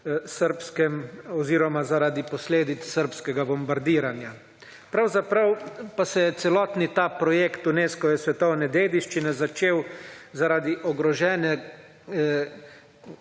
Dubrovnika zaradi posledic srbskega bombardiranja. Pravzaprav pa se je celoten ta projekt Unescove svetovne dediščine začel zaradi ogroženosti